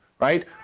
right